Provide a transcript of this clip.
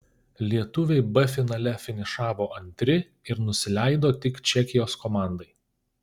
lietuviai b finale finišavo antri ir nusileido tik čekijos komandai